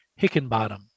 Hickenbottom